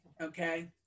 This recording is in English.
Okay